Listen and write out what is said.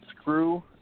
screw